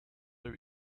out